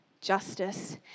justice